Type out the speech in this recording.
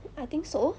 I think so